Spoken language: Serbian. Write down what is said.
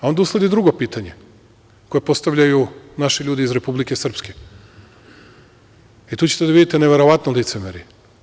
Onda usledi drugo pitanje koje postavljaju naši ljudi iz Republike Srpske, i tu ćete da vidite neverovatno licemerje.